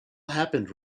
happened